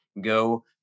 Go